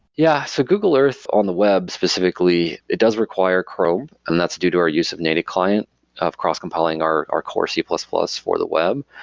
yeah. so google earth on the web specifically, it does require chrome and that's due to our use of native client of cross-compiling our our core c plus plus for the web.